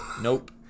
Nope